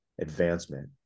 advancement